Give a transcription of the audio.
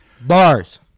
Bars